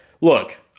Look